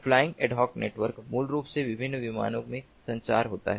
flying ad hoc network मूल रूप से विभिन्न विमानों में संचार होता है